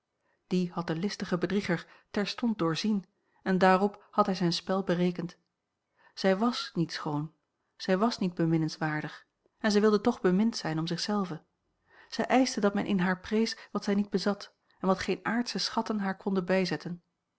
die had de listige bedrieger terstond doorzien en daarop had hij zijn spel berekend zij was niet schoon zij was niet beminnenswaardig en zij wilde toch bemind zijn om zich zelve zij eischte dat men in haar prees wat zij niet bezat en wat geen aardsche schatten haar konden bijzetten